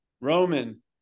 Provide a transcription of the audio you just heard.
Roman